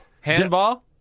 handball